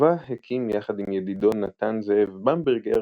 ובה הקים יחד עם ידידו נתן זאב במברגר